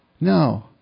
No